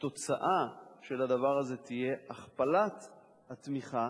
התוצאה של הדבר הזה תהיה הכפלת התמיכה.